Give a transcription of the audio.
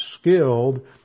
skilled